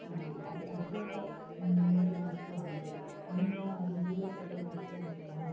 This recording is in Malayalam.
അത് അവരെയൊക്കെ മുന്നോട്ടു നോക്കുകയാണെങ്കിൽ അങ്ങനെയുള്ള രീതിയിലേക്ക് ഒക്കെ നോക്കുകയാണെങ്കിൽ നമ്മൾക്ക്